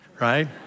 right